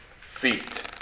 feet